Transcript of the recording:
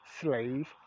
slave